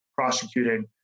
prosecuting